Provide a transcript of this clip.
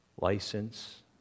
license